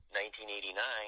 1989